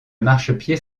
marchepied